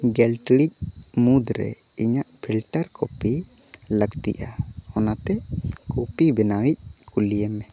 ᱜᱮᱞ ᱴᱤᱲᱤᱡ ᱢᱩᱫᱽᱨᱮ ᱤᱧᱟᱹᱜ ᱯᱷᱤᱞᱴᱟᱨ ᱠᱚᱯᱤ ᱞᱟᱹᱠᱛᱤᱜᱼᱟ ᱚᱱᱟᱛᱮ ᱠᱚᱯᱤ ᱵᱮᱱᱟᱣᱤᱡ ᱠᱩᱞᱤᱭᱮᱢ